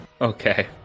Okay